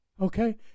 okay